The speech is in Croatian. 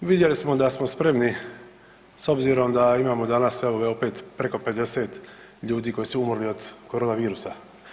Vidjeli smo da smo spremni s obzirom da imamo danas, evo, opet preko 50 ljudi koji su umrli od koronavirusa.